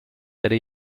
erde